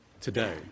today